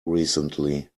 recently